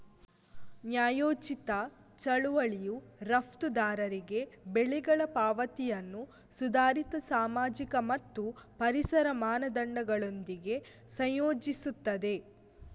ನ್ಯಾಯೋಚಿತ ಚಳುವಳಿಯು ರಫ್ತುದಾರರಿಗೆ ಬೆಲೆಗಳ ಪಾವತಿಯನ್ನು ಸುಧಾರಿತ ಸಾಮಾಜಿಕ ಮತ್ತು ಪರಿಸರ ಮಾನದಂಡಗಳೊಂದಿಗೆ ಸಂಯೋಜಿಸುತ್ತದೆ